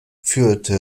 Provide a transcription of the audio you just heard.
führte